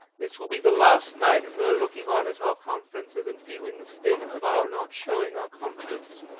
this will be the last night of her looking on at our conferences, and feeling the sting of our not showing our confidence.